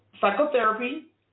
psychotherapy